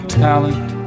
talent